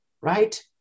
right